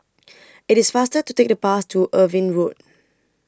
IT IS faster to Take The Bus to Irving Road